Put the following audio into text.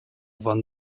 wann